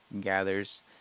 gathers